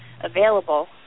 available